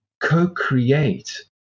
co-create